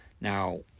Now